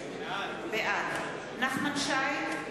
בעד נחמן שי,